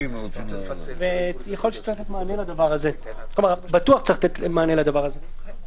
בטוח צריך לתת מענה לדבר הזה.